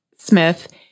Smith